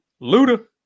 Luda